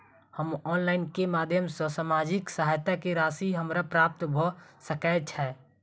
हम ऑनलाइन केँ माध्यम सँ सामाजिक सहायता केँ राशि हमरा प्राप्त भऽ सकै छै?